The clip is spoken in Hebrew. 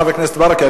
חבר הכנסת ברכה,